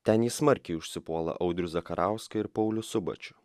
ten jis smarkiai užsipuola audrių zakarauską ir paulių subačių